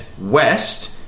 west